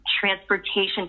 transportation